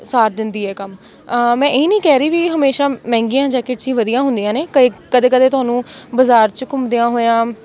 ਸਾਰ ਦਿੰਦੀ ਹੈ ਕੰਮ ਮੈਂ ਇਹ ਨਹੀਂ ਕਹਿ ਰਹੀ ਵੀ ਹਮੇਸ਼ਾ ਮਹਿੰਗੀਆਂ ਜੈਕਿਟਸ ਹੀ ਵਧੀਆ ਹੁੰਦੀਆਂ ਨੇ ਕਈ ਕਦੇ ਕਦੇ ਤੁਹਾਨੂੰ ਬਜ਼ਾਰ 'ਚ ਘੁੰਮਦਿਆਂ ਹੋਇਆਂ